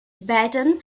baton